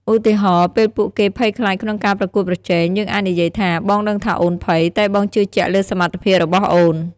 ឧទាហរណ៍ ពេលពួកគេភ័យខ្លាចក្នុងការប្រកួតប្រជែង យើងអាចនិយាយថា បងដឹងថាអូនភ័យ តែបងជឿជាក់លើសមត្ថភាពរបស់អូន។